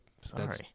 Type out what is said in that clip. sorry